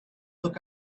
look